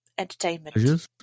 entertainment